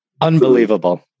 Unbelievable